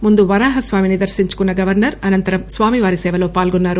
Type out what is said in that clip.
ముందు వరాహస్వామిని దర్శించుకున్న గవర్సర్ అనంతరం స్వామి వారిసవలో పాల్గొన్నారు